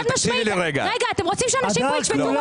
אתם רוצים שאנשים פה ישבתו רעב?